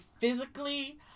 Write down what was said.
physically